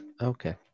Okay